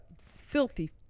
filthy